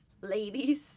ladies